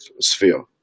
sphere